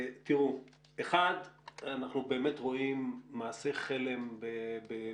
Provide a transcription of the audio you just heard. אנחנו באמת רואים מעשה חלם בתפארתו.